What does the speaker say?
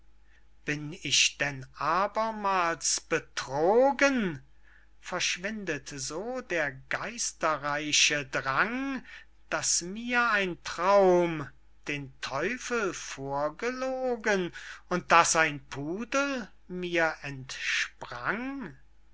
bin ich denn abermals betrogen verschwindet so der geisterreiche drang daß mir ein traum den teufel vorgelogen und daß ein pudel mir entsprang